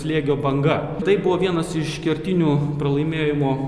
slėgio banga tai buvo vienas iš kertinių pralaimėjimo